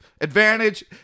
advantage